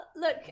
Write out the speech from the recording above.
look